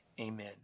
amen